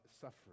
suffering